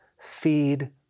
Feed